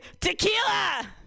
tequila